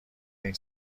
این